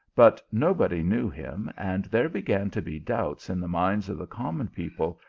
but nobody knew him, and there began to be doubts in the minds of the common people,